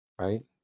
right